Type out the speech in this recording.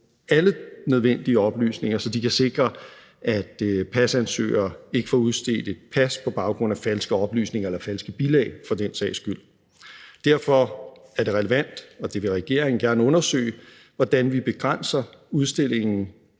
alle nødvendige oplysninger, så de kan sikre, at pasansøgere ikke kan få udstedt et pas på baggrund af falske oplysninger, eller for den sags skyld på baggrund af falske bilag. Derfor er det relevant – og det vil regeringen gerne undersøge – hvordan vi begrænser udstedelsen